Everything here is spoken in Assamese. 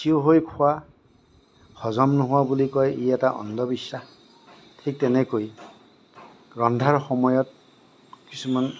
ঠিয় হৈ খোৱা হজম নোহোৱা বুলি কয় ই এটা অন্ধবিশ্বাস ঠিক তেনেকৈ ৰন্ধাৰ সময়ত কিছুমান